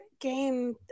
Game